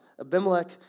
Abimelech